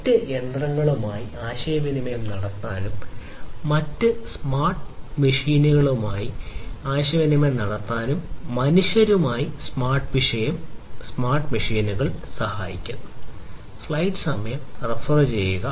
മറ്റ് യന്ത്രങ്ങളുമായി ആശയവിനിമയം നടത്താനും മറ്റ് സ്മാർട്ട് ഉപകരണങ്ങളുമായി ആശയവിനിമയം നടത്താനും മനുഷ്യരുമായി സ്മാർട്ട് മെഷീനുകൾ സഹായിക്കുന്നു